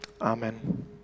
amen